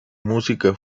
música